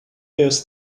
bears